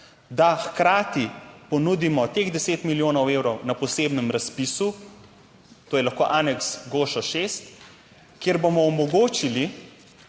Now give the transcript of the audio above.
da hkrati ponudimo teh deset milijonov evrov na posebnem razpisu, to je lahko aneks, Gošo6, kjer bomo omogočili,